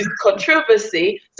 controversy